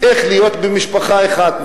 להיות במשפחה אחת,